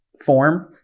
form